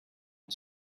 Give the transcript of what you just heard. and